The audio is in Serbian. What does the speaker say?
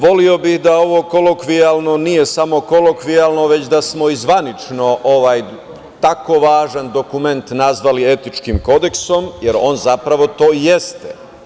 Voleo bih da ovo kolokvijalno nije samo kolokvijalno, već da smo i zvanično ovaj tako važan dokument nazvali „etičkim kodeksom“, jer on zapravo to i jeste.